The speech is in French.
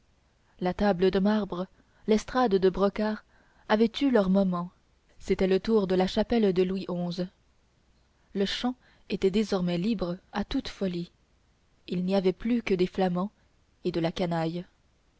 la table de marbre l'estrade de brocart avaient eu leur moment c'était le tour de la chapelle de louis xi le champ était désormais libre à toute folie il n'y avait plus que des flamands et de la canaille